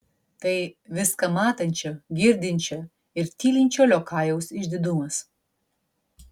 tai viską matančio girdinčio ir tylinčio liokajaus išdidumas